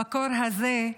בקור הזה,